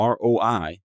ROI